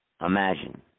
Imagine